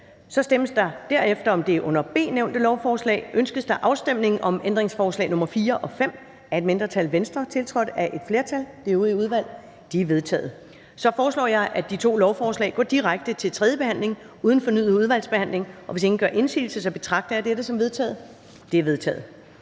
Der stemmes derefter om det under B nævnte lovforslag: Ønskes afstemning om ændringsforslag nr. 4 og 5 af et mindretal (Venstre), tiltrådt af et flertal (det øvrige udvalg)? De er vedtaget. Så foreslår jeg, at de to lovforslag går direkte til tredje behandling uden fornyet udvalgsbehandling. Hvis ingen gør indsigelse, betragter jeg dette som vedtaget. Det er vedtaget.